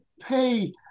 pay